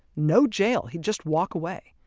no jail. he'd just walk away.